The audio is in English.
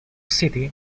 city